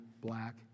black